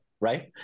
right